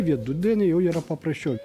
vidudienį jau yra paprasčiau